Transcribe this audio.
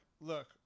look